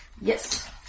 Yes